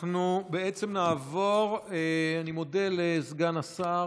אני מודה לסגן השר,